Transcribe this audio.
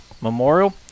Memorial